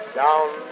down